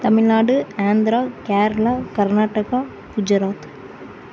Tamil Nadu Andhra Kerala Karnataka Gujarat